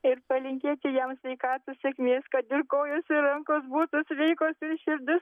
ir palinkėti jam sveikatos sėkmės kad ir kojos ir rankos būtų sveikos širdis